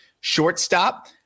shortstop